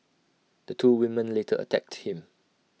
the two women later attacked him